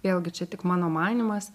vėlgi čia tik mano manymas